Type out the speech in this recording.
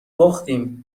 باختیم